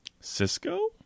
Cisco